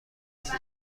اینجا